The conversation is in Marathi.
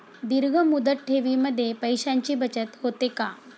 दीर्घ मुदत ठेवीमध्ये पैशांची बचत होते का?